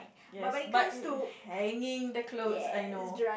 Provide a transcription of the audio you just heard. yes but it hanging the clothes I know